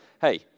Hey